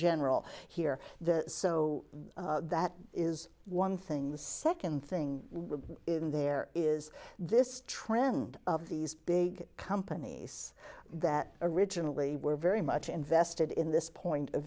general here the so that is one thing the second thing we're in there is this trend of these big companies that originally were very much invested in this point of